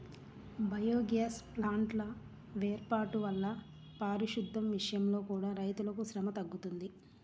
biogas ప్లాంట్ల వేర్పాటు వల్ల పారిశుద్దెం విషయంలో కూడా రైతులకు శ్రమ తగ్గుతుంది